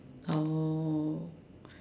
oh